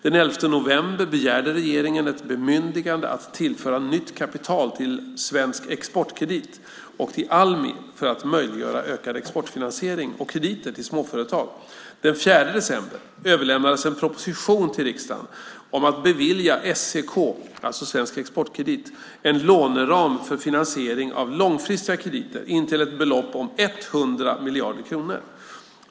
Den 11 november begärde regeringen ett bemyndigande att tillföra nytt kapital till Svensk Exportkredit och till Almi för att möjliggöra ökad exportfinansiering och krediter till småföretag. Den 4 december överlämnades en proposition till riksdagen om att bevilja SEK, alltså Svensk Exportkredit, en låneram för finansiering av långfristiga krediter intill ett belopp om 100 miljarder kronor.